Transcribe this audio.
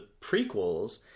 prequels